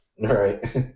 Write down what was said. Right